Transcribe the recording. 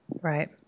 Right